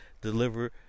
deliver